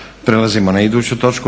Prelazimo na iduću točku.